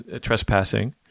trespassing